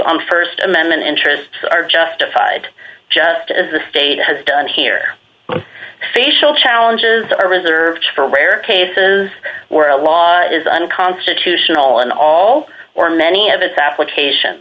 on st amendment interests are justified just as the state has done here facial challenges are reserved for rare cases where a law is unconstitutional and all or many of its application